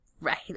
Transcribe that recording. right